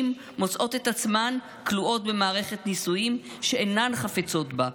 מוצאות את עצמן כלואות במערכת נישואים שאינן חפצות בה,